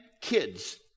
kids